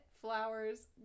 Flowers